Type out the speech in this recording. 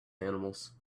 animals